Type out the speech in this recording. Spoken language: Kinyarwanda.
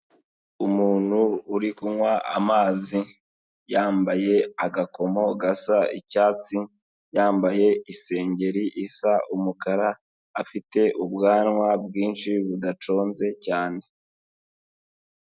Umuntu uri kunywa amazi yambaye agakomo gasa icyatsi, yambaye isengeri isa umukara afite ubwanwa bwinshi budaconze cyane.